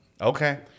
okay